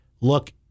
Look